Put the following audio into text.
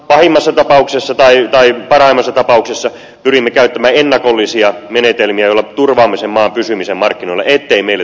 pahimmassa tapauksessa tai parhaimmassa tapauksessa pyrimme käyttämään ennakollisia menetelmiä joilla turvaamme sen maan pysymisen markkinoilla ettei meille tule kustannuksia